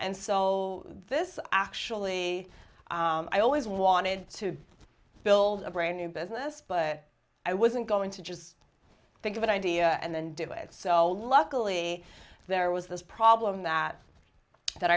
and so this actually i always wanted to build a brand new business but i wasn't going to just think of an idea and then do it so luckily there was this problem that that